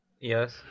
Yes